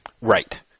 Right